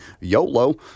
YOLO